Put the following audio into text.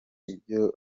ibyo